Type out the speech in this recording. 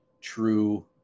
true